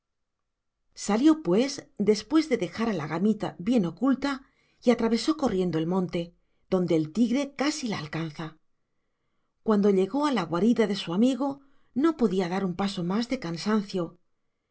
salió pues después de dejar a la gamita bien oculta y atravesó corriendo el monte donde el tigre casi la alcanza cuando llegó a la guarida de su amigo no podía dar un paso más de cansancio